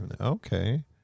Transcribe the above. okay